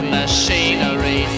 machinery